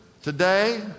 Today